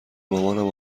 مامانم